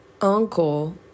uncle